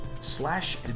Slash